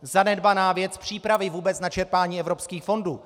Zanedbaná věc přípravy vůbec na čerpání evropských fondů.